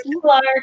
Clark